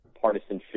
partisanship